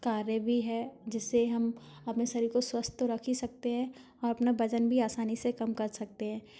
कार्य भी है जिससे हम अपने शरीर को स्वस्थ रख ही सकते हैं और अपना वज़न भी आसानी से कम कर सकते हैं